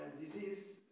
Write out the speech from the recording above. disease